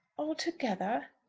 altogether?